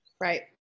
Right